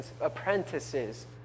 apprentices